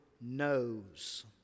knows